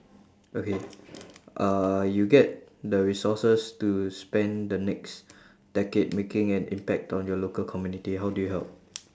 okay uh you get the resources to spend the next decade making an impact on your local community how do you help